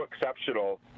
exceptional